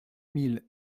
mille